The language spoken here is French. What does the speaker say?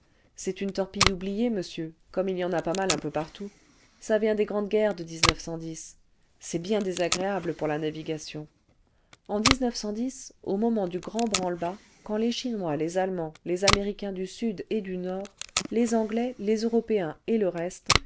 c'est une torpille oubliée monsieur comme ihy en a pas mal un peu partout ça vient des grandes guerres de c'est bien désagréable pour la navigation en au moment dû grand branle-bas quand les'chinois les allemands les américains du sud et du nord lés anglais les européens et le reste